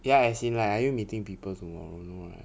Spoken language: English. ya as in like are you meeting people tomorrow